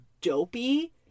dopey